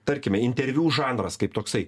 tarkime interviu žanras kaip toksai